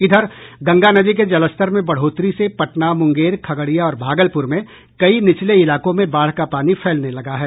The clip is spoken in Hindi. इधर गंगा नदी के जलस्तर में बढ़ोतरी से पटना मुंगेर खगड़िया और भागलपुर में कई निचले इलाकों में बाढ़ का पानी फैलने लगा है